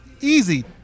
easy